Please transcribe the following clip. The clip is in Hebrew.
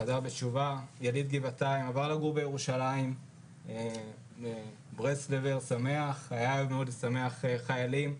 חזר בתשובה, ברסלבר שמח, אהב מאוד לשמח חיילים.